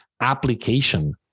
application